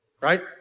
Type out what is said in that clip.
right